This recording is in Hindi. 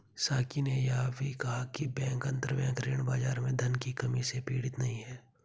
साकी ने यह भी कहा कि बैंक अंतरबैंक ऋण बाजार में धन की कमी से पीड़ित नहीं हैं